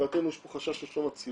לדעתנו יש פה חשש לשלום הציבור